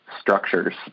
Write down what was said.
structures